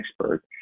expert